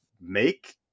make